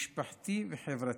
משפחתי וחברתי.